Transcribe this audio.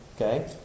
Okay